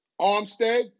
Armstead